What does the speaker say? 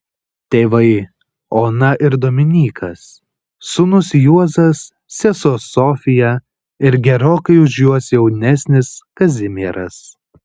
tėvai ona ir dominykas sūnus juozas sesuo sofija ir gerokai už juos jaunesnis kazimieras